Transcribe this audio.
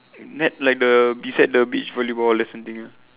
net like the beside the beach volleyball lesson thing ah